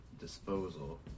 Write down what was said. disposal